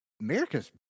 America's